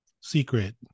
secret